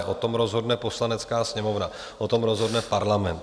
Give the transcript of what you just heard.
O tom rozhodne Poslanecká sněmovna, o tom rozhodne Parlament.